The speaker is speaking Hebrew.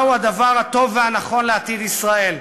מהו הדבר הטוב והנכון לעתיד ישראל.